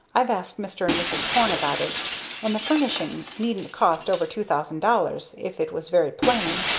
i've asked mr. and mrs. porne about it and the furnishing needn't cost over two thousand dollars if it was very plain.